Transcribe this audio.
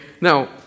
Now